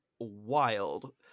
wild